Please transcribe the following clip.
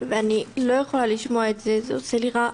ואני לא יכולה לשמוע את זה, זה עושה לי רע.